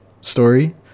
story